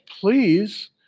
please